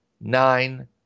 nine